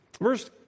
Verse